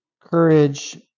courage